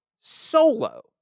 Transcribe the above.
solo